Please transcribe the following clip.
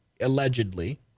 allegedly